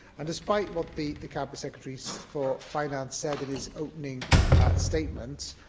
and despite what the the cabinet secretary so for finance said in his opening statement,